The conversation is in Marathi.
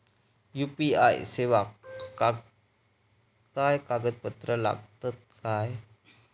यू.पी.आय सेवाक काय कागदपत्र लागतत काय?